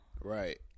right